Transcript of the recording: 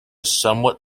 somewhat